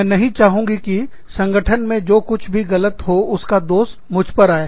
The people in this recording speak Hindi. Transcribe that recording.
मैं नहीं चाहूँगी कि संगठन में जो कुछ भी गलत हो उसका दोष मुझ पर आए